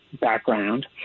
background